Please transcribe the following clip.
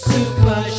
Super